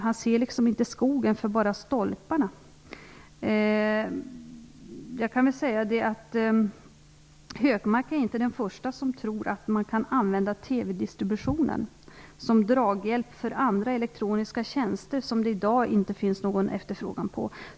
Han ser inte skogen för bara stolparna. Hökmark är inte den första som tror att man kan använda TV-distributionen som draghjälp för andra elektroniska tjänster som det i dag inte finns någon efterfrågan på.